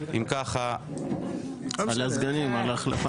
הצבעה החלפת הסגנים אושרה.